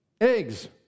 eggs